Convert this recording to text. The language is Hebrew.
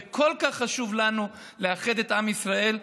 זה כל כך חשוב לנו לאחד את עם ישראל.